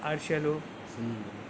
అరిసెలు